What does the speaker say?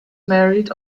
married